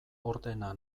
ordena